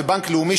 ובנק לאומי,